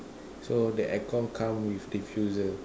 so the aircon come with diffuser